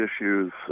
issues